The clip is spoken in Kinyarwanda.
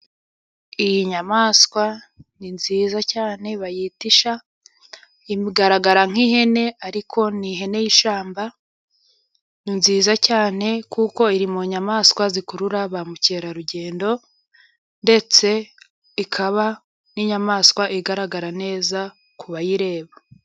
Iyi nyamaswa ni nziza cyane bayita isha, igaragara nk'ihene, ariko ni ihene y'ishyamba, ni nziza cyane, kuko iri mu nyamaswa zikurura ba mukerarugendo, ndetse ikaba n'inyamaswa igaragara neza ku bayireba.